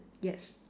yes